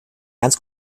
ganz